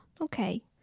Okay